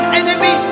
enemy